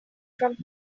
from